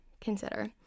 consider